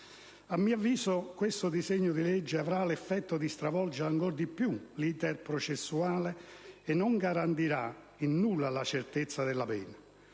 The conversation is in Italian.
A mio avviso, il disegno di legge in esame avrà l'effetto di stravolgere ancor di più l'*iter* processuale e non garantirà in nulla la certezza della pena.